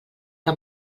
que